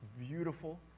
beautiful